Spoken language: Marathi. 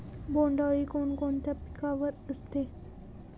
बोंडअळी कोणकोणत्या पिकावर असते?